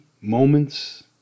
moments